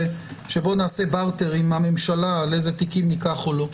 שבו נעשה ברטר עם הממשלה על איזה תיקים ניקח או לא.